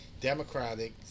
Democratic